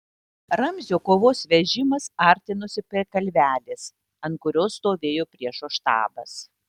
ramzio kovos vežimas artinosi prie kalvelės ant kurios stovėjo priešo štabas